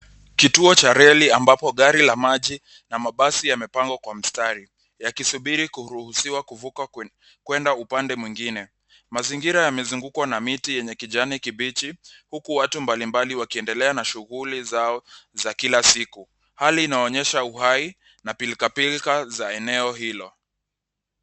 Kituo cha reli ambapo gari la maji na mabasi yamepangwa kwa mstari yakisubiri kuruhusiwa kuvuka kwena upande mwingine mazingira yamezungukwa na miti yenye kijani kibichi huku watu mbalimbali wakiendelea na shughuli zao za kila siku, hali inaonyesha uhai na pilkapilka za eneo hilo.